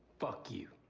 fuck you.